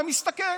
אתה מסתכל: